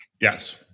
Yes